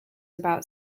about